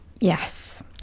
Yes